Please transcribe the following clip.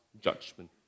judgment